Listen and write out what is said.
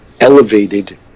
elevated